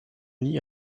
lit